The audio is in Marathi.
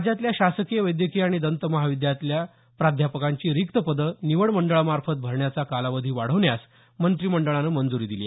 राज्याल्या शासकीय वैद्यकीय आणि दंत महाविद्यालयातल्या प्राध्यापकांची रिक्त पदे निवड मंडळांमार्फत भरण्याचा कालावधी वाढवण्यास मंत्रिमंडळानं मंजूरी दिली